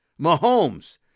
Mahomes